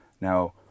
Now